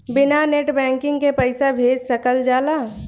बिना net banking के पईसा भेज सकल जाला?